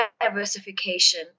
diversification